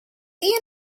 you